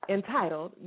Entitled